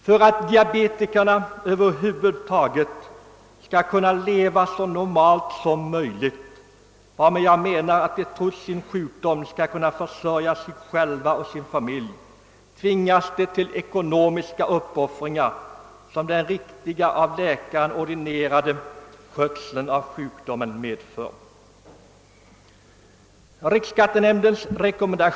För att diabetiker över huvud taget skall kunna leva så normalt som möjligt — varmed jag menar att de trots sin sjukdom skall kunna försörja sig själva och sin familj — tvingas de till ekonomiska uppoffringar, som den riktiga, av läkare ordinerade skötseln av sjukdomen medför.